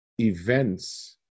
events